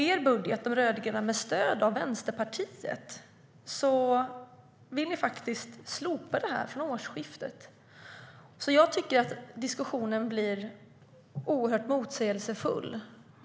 Ni rödgröna vill i er budget slopa det här från årsskiftet, med stöd av Vänsterpartiet.Jag tycker att diskussionen blir oerhört motsägelsefull.